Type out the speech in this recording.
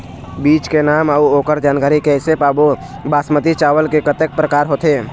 बीज के नाम अऊ ओकर जानकारी कैसे पाबो बासमती चावल के कतेक प्रकार होथे?